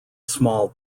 small